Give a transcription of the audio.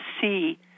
see